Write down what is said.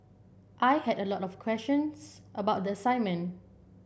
I had a lot of questions about the assignment